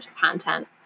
content